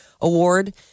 Award